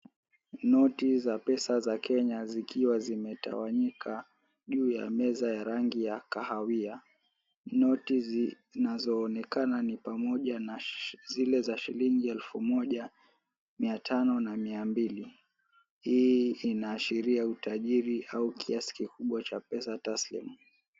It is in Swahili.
Noti za pesa za Kenya zikiwa zimetawanyika juu ya meza ya rangi ya kahawia. Noti zinazoonekana ni pamoja na zile za shilingi ya elfu moja, mia tano na mia mbili. Hii inaashiria utajiri au kiasi kikubwa cha pesa taslimu.